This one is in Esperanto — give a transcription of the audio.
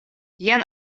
jen